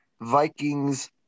Vikings